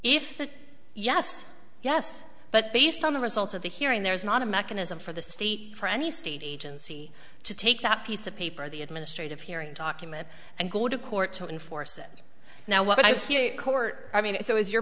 that yes yes but based on the results of the hearing there is not a mechanism for the state for any state agency to take that piece of paper the administrative hearing document and go to court to enforce it now what i see court i mean so is your